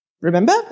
Remember